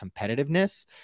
competitiveness